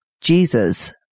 Jesus